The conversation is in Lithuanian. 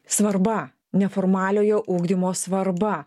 svarba neformaliojo ugdymo svarba